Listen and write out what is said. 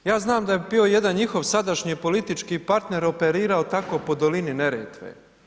Ja znam da je bio jedan njihov sadašnji politički partner operirao tako po dolini Neretve.